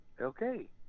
okay